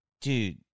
Dude